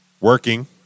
working